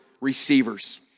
receivers